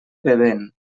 bevent